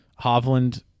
Hovland